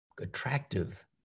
attractive